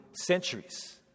centuries